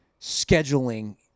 scheduling